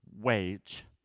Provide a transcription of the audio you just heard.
wage